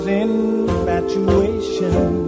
infatuation